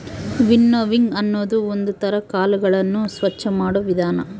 winnowing ಅನ್ನೋದು ಒಂದ್ ತರ ಕಾಳುಗಳನ್ನು ಸ್ವಚ್ಚ ಮಾಡೋ ವಿಧಾನ